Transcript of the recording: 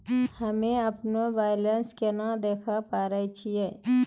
हम्मे अपनो बैलेंस केना देखे पारे छियै?